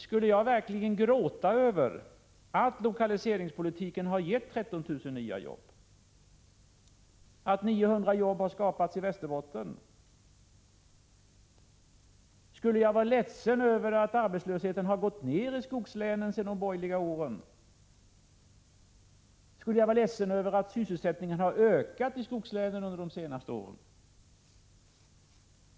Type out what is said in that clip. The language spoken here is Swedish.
Skall jag verkligen gråta över att lokaliseringspolitiken har gett 13 000 nya jobb, att 900 jobb har skapats i Västerbotten? Skulle jag vara ledsen över att arbetslösheten har gått ned i skogslänen sedan de borgerliga åren? Skulle jag vara ledsen över att sysselsättningen har ökat i skogslänen under de senaste åren?